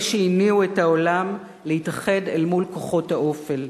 אלה שהניעו את העולם להתאחד אל מול כוחות האופל.